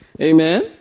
Amen